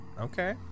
Okay